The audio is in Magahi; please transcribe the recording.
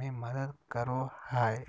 में मदद करो हइ